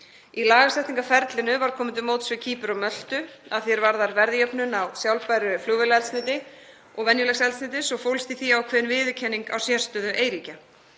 Í lagasetningarferlinu var komið til móts við Kýpur og Möltu að því er varðar verðjöfnun á sjálfbæru flugvélaeldsneyti og venjulegs eldsneytis og fólst í því ákveðin viðurkenning á sérstöðu eyríkja.